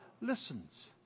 listens